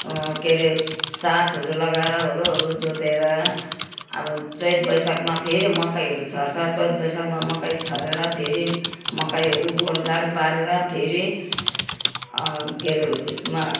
के अरे साँचहरू लगाएर हलोहरू जोतेर अब चैत वैशाखमा फेरि मकैहरू छर्छ चैत वैशाखमा मकै छरेर फेरि मकैहरू गोड गाड पारेर फेरि के अरे यसमा